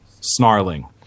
snarling